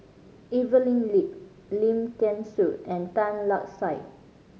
Evelyn Lip Lim Thean Soo and Tan Lark Sye